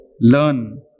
learn